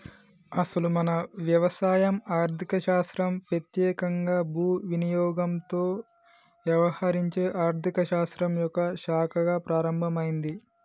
అసలు మన వ్యవసాయం ఆర్థిక శాస్త్రం పెత్యేకంగా భూ వినియోగంతో యవహరించే ఆర్థిక శాస్త్రం యొక్క శాఖగా ప్రారంభమైంది